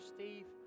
Steve